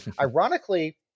ironically